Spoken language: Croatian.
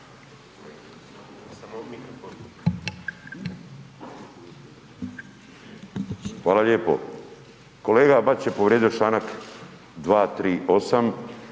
Hvala lijepo. Kolega Bačić je povrijedio članak 238.